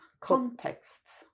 contexts